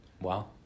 Wow